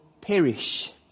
perish